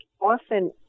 often